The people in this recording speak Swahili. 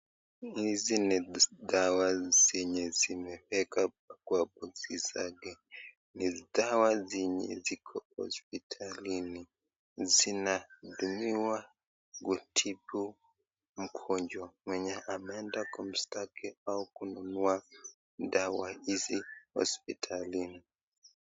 Hizi ni dawa zenye zimewekwa kwa boksi zake. Ni dawa zenye ziko hospitalini. Zinadumiwa kutibu mkugo mwenye ameenda kumstaki au kununua dawa hizi hospitalini.